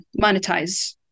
monetize